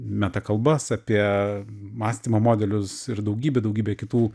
metakalbas apie mąstymo modelius ir daugybę daugybę kitų